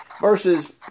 versus